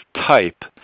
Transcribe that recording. type